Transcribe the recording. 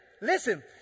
Listen